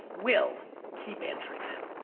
we'll keep answering them.